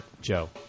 Joe